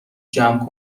جمع